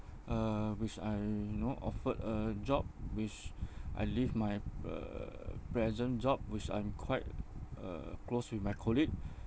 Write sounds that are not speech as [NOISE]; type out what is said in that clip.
uh which I you know offered a job which [BREATH] I leave my uh present job which I'm quite uh close with my colleague [BREATH]